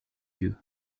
yeux